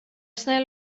snäll